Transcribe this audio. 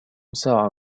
ساعة